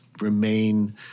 remain